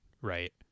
right